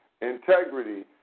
integrity